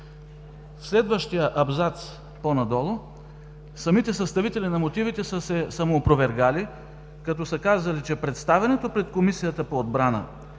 В следващия абзац по-надолу самите съставители на мотивите са се самоопровергали, като са казали, че: „представянето пред Комисията по отбрана,